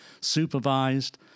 supervised